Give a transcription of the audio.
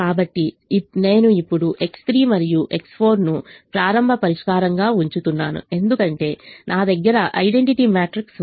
కాబట్టి నేను ఇప్పుడు X3 మరియు X4 ను ప్రారంభ పరిష్కారంగా ఉంచుతున్నాను ఎందుకంటే నా దగ్గర ఐడెంటిటీ మ్యాట్రిక్స్ ఉంది